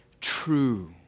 true